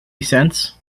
cents